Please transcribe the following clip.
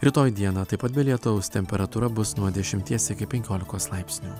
rytoj dieną taip pat be lietaus temperatūra bus nuo dešimties iki penkiolikos laipsnių